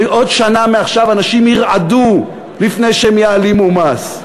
עוד שנה מעכשיו אנשים ירעדו לפני שהם יעלימו מס.